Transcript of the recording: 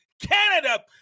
Canada